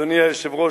אדוני היושב-ראש,